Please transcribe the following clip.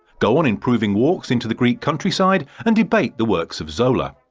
go on improving walks into the geek countryside and debate the works of zola.